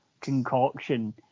concoction